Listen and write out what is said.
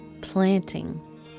planting